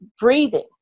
breathing